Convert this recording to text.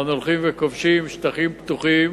אנחנו הולכים וכובשים שטחים פתוחים